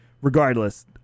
Regardless